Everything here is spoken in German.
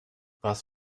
warst